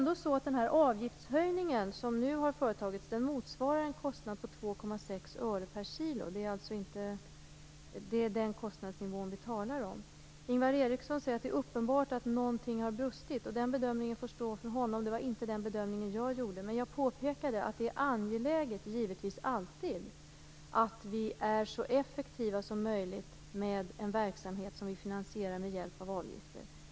Den avgiftshöjning som nu har företagits motsvarar en kostnad på 2,6 öre per kilo. Det är den kostnadsnivån vi talar om. Ingvar Eriksson säger att det är uppenbart att någonting har brustit. Den bedömningen får står för honom. Det var inte den bedömningen jag gjorde, men jag påpekade att det givetvis alltid är angeläget att vi är så effektiva som möjligt i en verksamhet som vi finansierar med hjälp av avgifter.